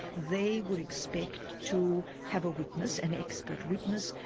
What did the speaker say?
they would expect to have a witness, an expert witness,